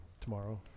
tomorrow